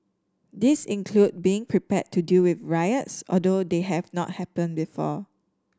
these include being prepared to deal with riots although they have not happened before